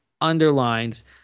underlines